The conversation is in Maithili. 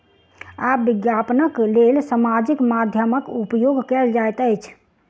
आब विज्ञापनक लेल सामाजिक माध्यमक उपयोग कयल जाइत अछि